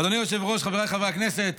אדוני היושב-ראש, חברי הכנסת,